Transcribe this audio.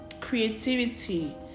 creativity